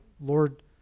Lord